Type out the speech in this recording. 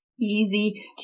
easy